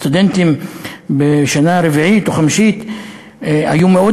סטודנטים בשנה רביעית או חמישית היו מאוד